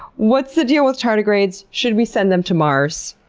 what's the deal with tardigrades? should we send them to mars?